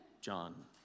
John